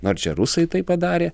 na ar čia rusai taip padarė